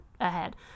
ahead